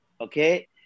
Okay